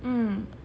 mm